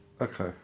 okay